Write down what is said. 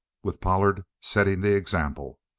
with pollard setting the example.